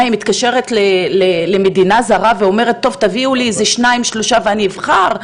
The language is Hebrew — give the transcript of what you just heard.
היא מתקשרת למדינה זרה ומבקשת שיביאו לה שניים-שלושה והיא תבחר?